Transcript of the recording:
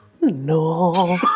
No